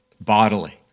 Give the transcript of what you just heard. bodily